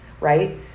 Right